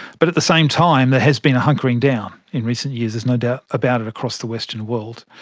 but at the same time there has been a hunkering down in recent years, there's no doubt about it, across the western world.